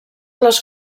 les